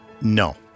No